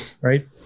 right